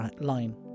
line